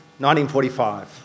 1945